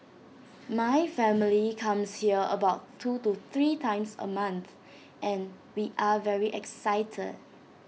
my family comes here about two or three times A month and we are very excited